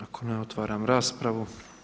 Ako ne, otvaram raspravu.